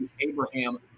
Abraham